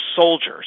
soldiers